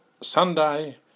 Sunday